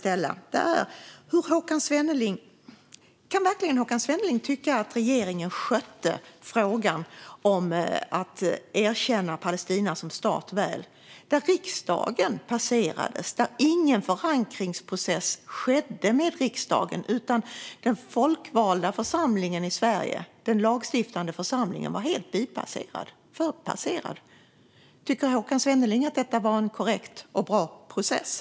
Tycker Håkan Svenneling verkligen att regeringen skötte erkännandet av Palestina som stat väl? Det skedde ingen förankring i riksdagen, utan den folkvalda och lagstiftande församlingen blev helt förbipasserad. Tycker Håkan Svenneling att detta var en korrekt och bra process?